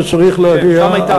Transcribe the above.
זה צריך להביא הנה.